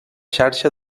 xarxa